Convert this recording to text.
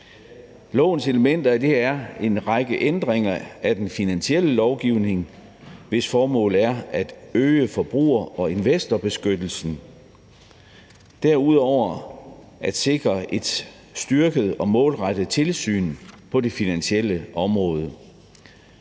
elementer er en række ændringer af den finansielle lovgivning, og formålet er at øge forbruger- og investorbeskyttelsen og at sikre et styrket og målrettet tilsyn på det finansielle område.